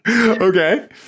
okay